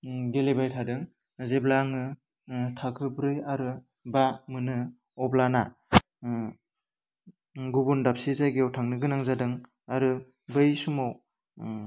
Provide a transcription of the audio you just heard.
गेलेबाय थादों जेब्ला आङो थाखोब्रै आरो बा मोनो अब्लाना गुबुन दाबसे जायगायाव थांनो गोनां जादों आरो बै समाव